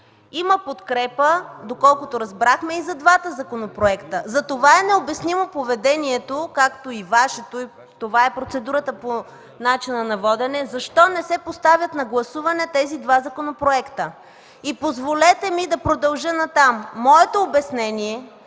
има подкрепа, доколкото разбрахме и за двата законопроекта. Затова е необяснимо поведение, както и Вашето – това е процедурата по начина на водене, защо не се поставят на гласуване тези два законопроекта? Позволете ми да продължа натам...